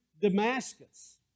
Damascus